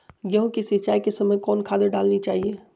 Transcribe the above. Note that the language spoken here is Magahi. गेंहू के सिंचाई के समय कौन खाद डालनी चाइये?